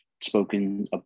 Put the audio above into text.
spoken